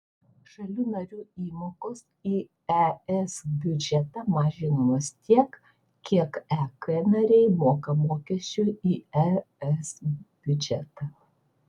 šalių narių įmokos į es biudžetą mažinamos tiek kiek ek nariai moka mokesčių į es biudžetą